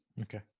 Okay